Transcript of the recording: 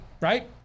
right